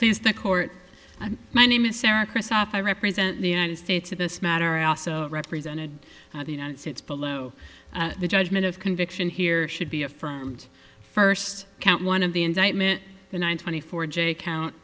please the court my name is sarah christoph i represent the united states in this matter i also represented the united states below the judgment of conviction here should be affirmed first count one of the indictment twenty four j count